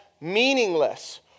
meaningless